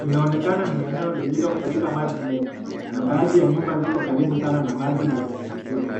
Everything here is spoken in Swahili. Inaonekana ni eneo lililofurika maji mengi na baadhi ya nyumba ziko karibu sama na maji na zimezingirwa.